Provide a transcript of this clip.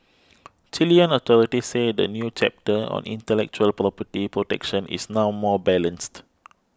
Chilean authorities say the new chapter on intellectual property protection is now more balanced